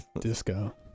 Disco